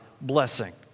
blessing